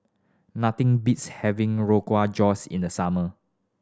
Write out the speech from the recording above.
nothing beats having Rogwa Josh in the summer